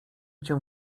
cię